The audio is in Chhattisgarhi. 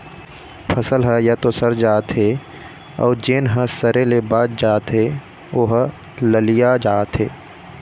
फसल ह य तो सर जाथे अउ जेन ह सरे ले बाच जाथे ओ ह ललिया जाथे